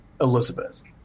Elizabeth